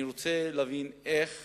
אני רוצה להבין איך